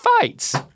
fights